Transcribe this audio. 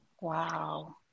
Wow